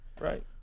Right